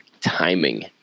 timing